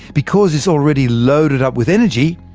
because it's already loaded up with energy,